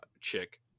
chick